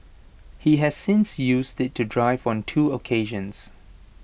he has since used IT to drive on two occasions